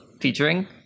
featuring